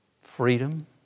freedom